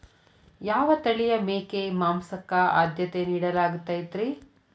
ಯಾವ ತಳಿಯ ಮೇಕೆ ಮಾಂಸಕ್ಕ, ಆದ್ಯತೆ ನೇಡಲಾಗತೈತ್ರಿ?